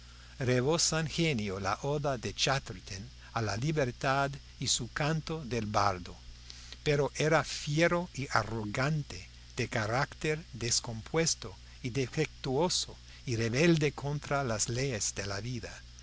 de su tiempo rebosan genio la oda de chatterton a la libertad y su canto del bardo pero era fiero y arrogante de carácter descompuesto y defectuoso y rebelde contra las leyes de la vida